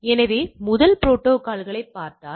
எனவே முதல் ப்ரோடோகால்களைப் பார்த்தால்